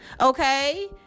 Okay